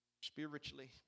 spiritually